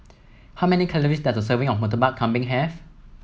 how many calories does a serving of Murtabak Kambing have